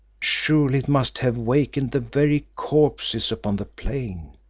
surely it must have wakened the very corpses upon the plain.